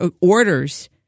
orders